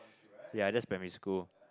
ya that's primary school